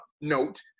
note